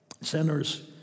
sinners